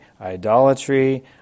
idolatry